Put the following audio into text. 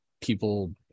people